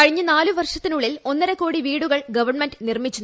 കഴിഞ്ഞ നാലു വർഷത്തിനുള്ളിൽ ഒന്നരകോടി വീടുകൾ ഗവൺമെന്റ് നിർമ്മിച്ചു